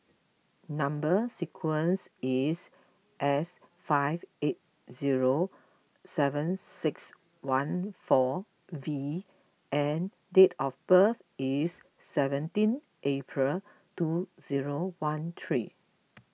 Number Sequence is S five eight zero seven six one four V and date of birth is seventeen April two zero one three